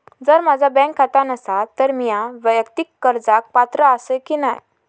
जर माझा बँक खाता नसात तर मीया वैयक्तिक कर्जाक पात्र आसय की नाय?